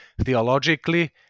theologically